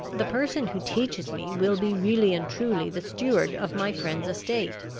the person who teaches me will be really and truly the steward of my friend's estate.